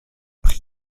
pri